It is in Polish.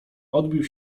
odbił